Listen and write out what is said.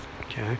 okay